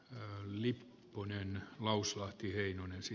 näin lipponen lausahti heinonen se